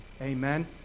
Amen